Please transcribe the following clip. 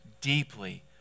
deeply